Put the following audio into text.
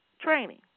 training